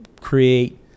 create